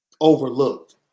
overlooked